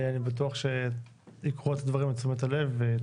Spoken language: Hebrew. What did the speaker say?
אני בטוח שתקחו את הדברים לתשומת הלב.